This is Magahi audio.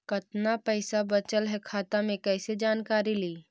कतना पैसा बचल है खाता मे कैसे जानकारी ली?